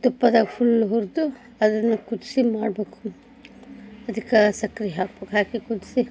ತುಪ್ಪದಾಗ full ಹುರಿದು ಅದನ್ನು ಕುದಿಸಿ ಮಾಡಬೇಕು ಅದಕ್ಕೆ ಸಕ್ರೆ ಹಾಕಬೇಕು ಹಾಕಿ ಕುದಿಸಿ